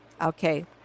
Okay